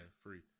free